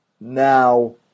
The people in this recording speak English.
now